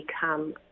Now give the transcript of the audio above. become